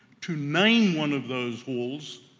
to name one of those halls,